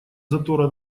затора